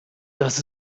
das